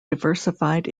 diversified